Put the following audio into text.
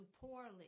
poorly